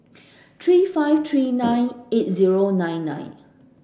three five three nine eight zero nine nine